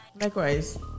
Likewise